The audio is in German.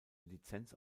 lizenz